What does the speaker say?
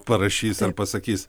parašys ar pasakys